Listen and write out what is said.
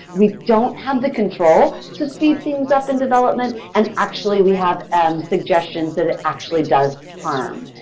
we don't have the control to speed things up in development and actually we have and suggestions that it actually does harm.